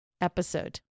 episode